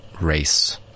race